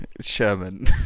Sherman